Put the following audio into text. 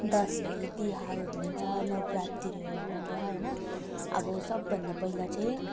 दसैँ तिहारहरू हुन्छ नवरात्रीहरू हुन्छ होइन अब सबभन्दा पहिला चाहिँ